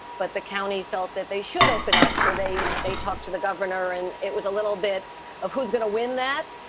but the county felt that they should open up. so they they talked to the governor and it was a little bit of who's going to win that.